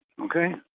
okay